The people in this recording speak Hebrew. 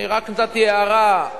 אני רק נתתי הערה.